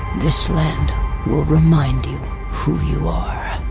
this land will remind you who you are.